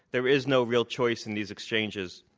there is no real choice in these exchanges.